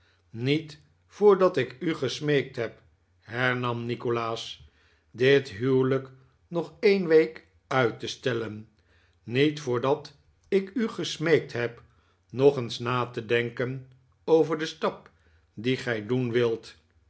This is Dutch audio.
niet voordat ik u gesmeekt heb hernam nikolaas dit huwelijk nog een week uit te stellen niet voordat ik u gesmeekt heb nog eens na te denken over den stap dien gij doen wilt